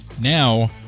Now